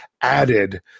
added